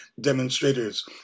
demonstrators